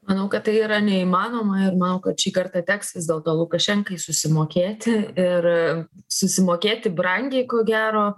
manau kad tai yra neįmanoma ir manau kad šį kartą teks vis dėlto lukašenkai susimokėti ir susimokėti brangiai ko gero